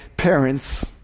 parents